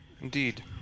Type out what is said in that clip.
indeed